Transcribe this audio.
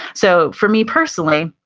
so, for me personally,